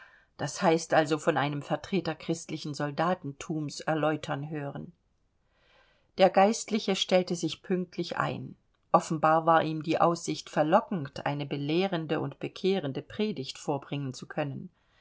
d h also von einem vertreter christlichen soldatentums erläutern hören der geistliche stellte sich pünktlich ein offenbar war ihm die aussicht verlockend eine belehrende und bekehrende predigt vorbringen zu können